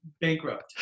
bankrupt